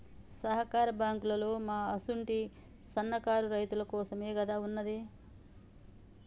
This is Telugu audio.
సహకార బాంకులోల్లు మా అసుంటి సన్నకారు రైతులకోసమేగదా ఉన్నది